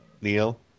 neil